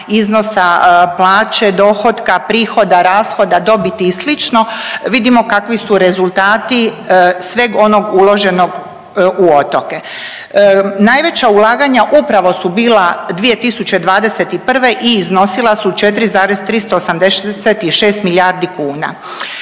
iznosa plaće, dohotka, prihoda, rashoda, dobiti i slično vidimo kakvi su rezultati sveg onog uloženog u otoke. Najveća ulaganja upravo su bila 2021. i iznosila su 4,386 milijardi kuna.